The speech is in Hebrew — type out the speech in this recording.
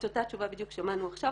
את אותה תשובה בדיוק שמענו עכשיו,